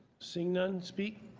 seeing none. speak?